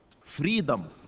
freedom